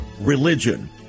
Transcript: religion